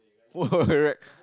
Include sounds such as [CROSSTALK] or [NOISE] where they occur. [LAUGHS]